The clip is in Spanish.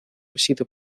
sido